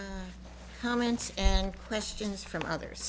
comments and questions from others